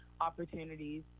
opportunities